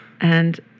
and-